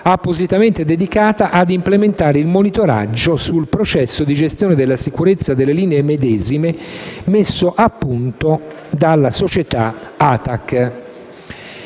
appositamente dedicata ad implementare il monitoraggio sul processo di gestione della sicurezza delle linee medesime messo a punto dalla società ATAC.